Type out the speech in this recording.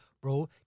bro